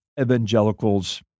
evangelicals